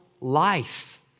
life